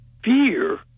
Fear